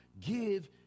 give